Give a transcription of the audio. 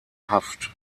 haft